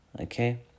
Okay